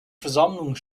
versammlung